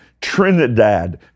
Trinidad